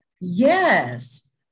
Yes